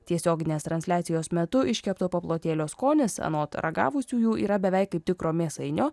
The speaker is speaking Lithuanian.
tiesioginės transliacijos metu iškepto paplotėlio skonis anot ragavusiųjų yra beveik kaip tikro mėsainio